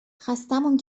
خستهمون